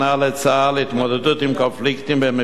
התמודדות עם קונפליקטים במבחן ערכים,